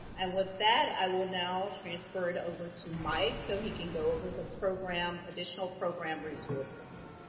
and with that, i will now transfer it over to mike so he can go over the program, additional program resources.